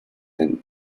than